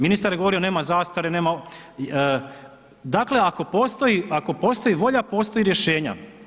Ministar je govorio nema zastare, nema… dakle, ako postoji volja, postoje i rješenja.